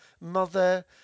Mother